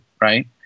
Right